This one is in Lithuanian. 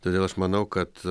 todėl aš manau kad